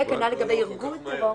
וכנ"ל לגבי ארגון טרור.